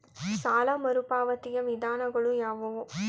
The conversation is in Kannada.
ಸಾಲ ಮರುಪಾವತಿಯ ವಿಧಾನಗಳು ಯಾವುವು?